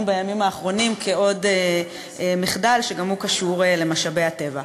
בימים האחרונים כעוד מחדל שגם הוא קשור למשאבי הטבע.